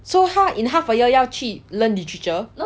so 他 in half a year 要去 learn literature